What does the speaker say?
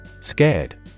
Scared